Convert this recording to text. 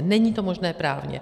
Není to možné právně.